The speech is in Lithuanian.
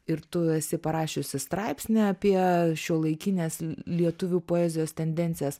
ir tu esi parašiusi straipsnį apie šiuolaikinės lietuvių poezijos tendencijas